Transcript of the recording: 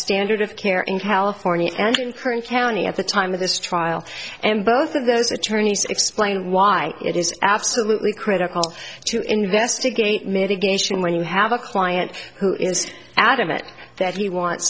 standard of care in california and current county at the time of this trial and both of those attorneys explained why it is absolutely critical to investigate mitigation when you have a client who is adamant that he want